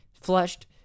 flushed